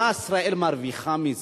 מה ישראל מרוויחה מזה?